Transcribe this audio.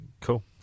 Cool